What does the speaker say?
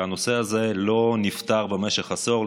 כי הנושא הזה לא נפתר במשך עשור,